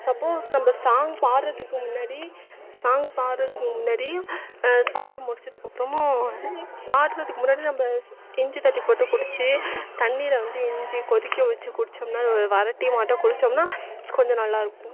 suppose நம்ம song பாடுறதுக்கு முன்னாடி சாங் பாடுறதுக்கு முன்னாடி பாடி முடிச்சதுக்கப்புறமும் பாடுறதுக்கு முன்னாடி நம்ம இஞ்சி தட்டி போட்டு குடிச்சி தண்ணியில் வந்து இஞ்சி கொதிக்க வச்சு குடித்தோம்னா வர டி மாட்டோம் குடித்தோம்னா கொஞ்சோம் நல்லாயிருக்கும்